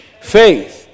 faith